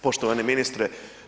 Poštovani ministre.